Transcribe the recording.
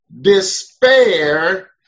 despair